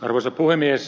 arvoisa puhemies